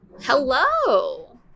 hello